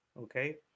okay